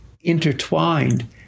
intertwined